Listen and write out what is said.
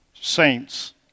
saints